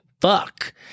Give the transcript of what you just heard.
fuck